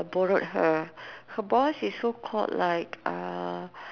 borrowed her her boss is so called like uh